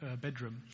bedroom